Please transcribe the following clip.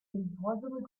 impossible